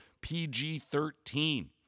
PG-13